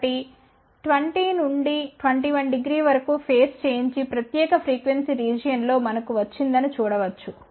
కాబట్టి20 నుండి 210వరకు phase change ఈ ప్రత్యేక ఫ్రీక్వెన్సీ రీజియన్ లో మనకు వచ్చిందని చూడవచ్చు